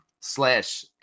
slash